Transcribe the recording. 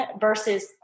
versus